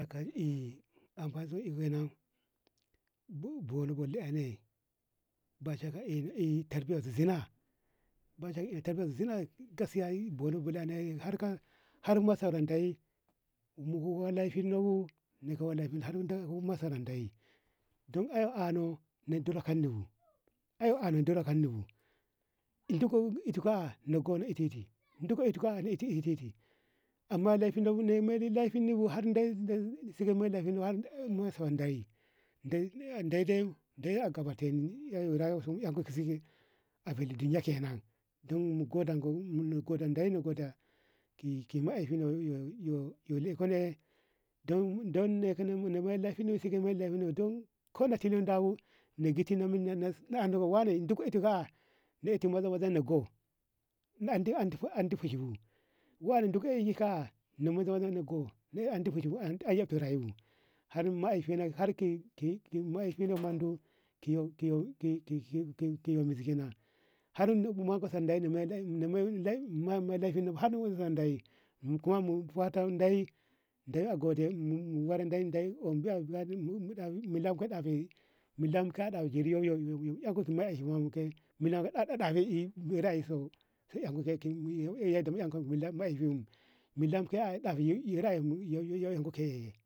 akayi abo zuno bo bono bale ba shakka ey tarbiyasu zina bata ey tarbiyasu zina gaskiya yi bono har ka har masarantayi mu uwa lefinno bo na uwaleifi masarantaye don ae ana na dolkanbu ae anad ulkanubo dikko ikkiti ko a non go ititi dikko ikkitiko amman laifino bu laifideyi ni bu har dai sigini ma laifin mu harsune gabu har ma sawan dare deyi deyi de deyi akta bate ni rayuwa su anka fasi a felle binye kenan don mu godenko mu godan deyi na goden ki mahaifin no yu laikon ne don nekane ko na tina dawu na zi tina nazino na wane na ito mazaz na go na ande fushi bu wane dukko aeka ey har mahaifino mundo kiyu muzishi kenan har mu yanka sanda ye na wu laifino bu har mu zandawu deyi deyi agode ande deyi deyi agode mulanku ɗafe malaka ɗafe mulako dafe milanka ɗafe ey yare so sai enko yadda mu yunkobu mila mahaifinmu milan ko ɗafe eur ye mu anko kae.